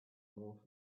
more